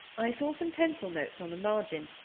i saw some pencil-notes on the margin,